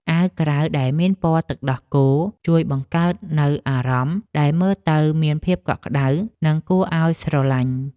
អាវក្រៅដែលមានពណ៌ទឹកដោះគោជួយបង្កើតនូវអារម្មណ៍ដែលមើលទៅមានភាពកក់ក្តៅនិងគួរឱ្យស្រលាញ់។